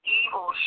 evil